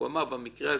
הוא אמר שבמקרה הזה,